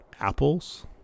apples